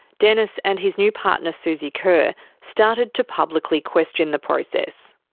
denis and his new partner suzi kerr started to publicly question the process.